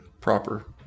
proper